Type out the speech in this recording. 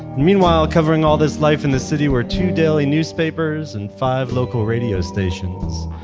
meanwhile, covering all this life in the city were two daily newspapers and five local radio stations,